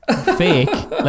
fake